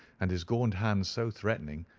and his gaunt hands so threatening,